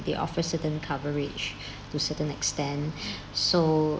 they offers certain coverage to certain extent so